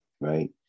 right